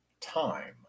time